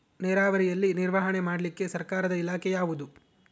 ನೇರಾವರಿಯಲ್ಲಿ ನಿರ್ವಹಣೆ ಮಾಡಲಿಕ್ಕೆ ಸರ್ಕಾರದ ಇಲಾಖೆ ಯಾವುದು?